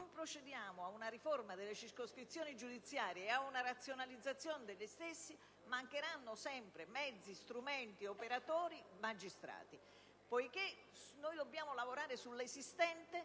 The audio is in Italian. Se non si procede ad una riforma delle circoscrizioni giudiziarie e ad una razionalizzazione delle stesse, mancheranno sempre mezzi, strumenti, operatori, magistrati. Poiché si deve lavorare sull'esistente,